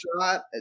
shot